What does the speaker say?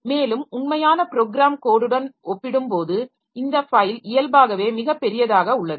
மேலும் உண்மையான ப்ரோக்ராம் கோடுடன் ஒப்பிடும்போது இந்த ஃபைல் இயல்பாகவே மிகப் பெரியதாக உள்ளது